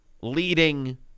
leading